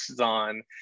on